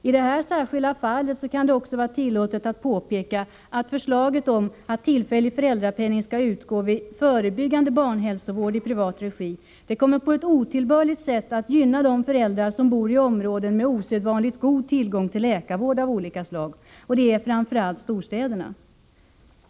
I det här särskilda fallet kan det också vara tillåtet att påpeka att förslaget om att tillfällig föräldrapenning skall utbetalas vid förebyggande barnhälsovård i privat regi, på ett otillbörligt sätt kommer att gynna de föräldrar som bor i områden med osedvanligt god tillgång till läkarvård av olika slag. Det gäller framför allt i storstäderna.